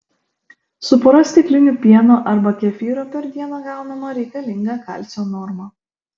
su pora stiklinių pieno arba kefyro per dieną gaunama reikalinga kalcio norma